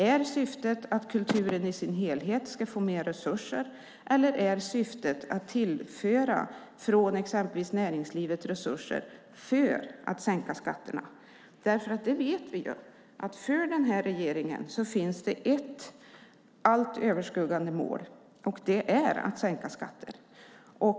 Är syftet att kulturen i sin helhet ska få mer resurser, eller är syftet att tillföra från exempelvis näringslivet resurser för att sänka skatterna? Vi vet att för den här regeringen finns ett allt överskuggande mål, nämligen att sänka skatter.